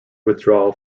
withdrawal